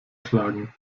tragen